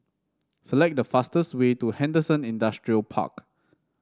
select the fastest way to Henderson Industrial Park